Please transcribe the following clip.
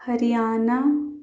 Haryana